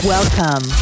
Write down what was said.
Welcome